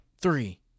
three